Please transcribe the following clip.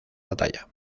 batalla